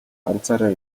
ганцаараа